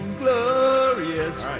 glorious